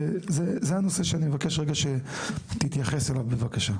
זה הנושא שאני מבקש רגע שתתייחס אליו בבקשה.